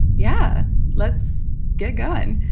yeah let's get going!